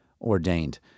ordained